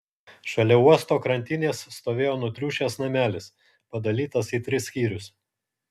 šalia uosto krantinės stovėjo nutriušęs namelis padalytas į tris skyrius